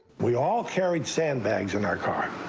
we all carried sandbags in our car,